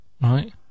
right